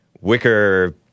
wicker